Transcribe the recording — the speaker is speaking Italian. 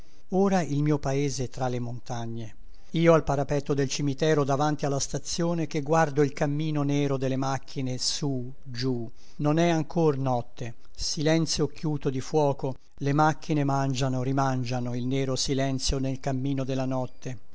ora il mio paese tra le montagne io al parapetto del cimitero davanti alla stazione che guardo il cammino nero delle macchine sù giù non è ancor notte silenzio occhiuto di fuoco le macchine mangiano rimangiano il nero silenzio nel cammino della notte